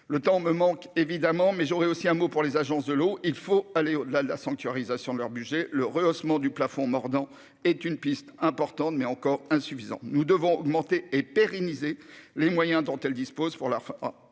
Le temps me manque, mais j'aurai aussi un mot pour les agences de l'eau : il faut aller au-delà de la sanctuarisation de leur budget. Le rehaussement du plafond mordant est une piste intéressante, mais encore insuffisante. Nous devons augmenter et pérenniser les moyens dont elles disposent pour leur